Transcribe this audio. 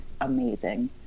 amazing